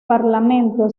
parlamento